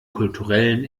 kulturellen